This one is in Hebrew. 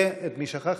ואת מי שכחתי?